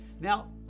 Now